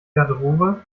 garderobe